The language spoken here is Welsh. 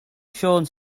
siôn